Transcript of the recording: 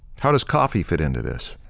how does coffee fit into this?